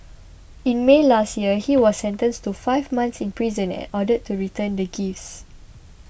in May last year he was sentenced to five months in prison and ordered to return the gifts